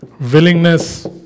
Willingness